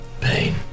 pain